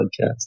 podcast